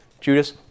Judas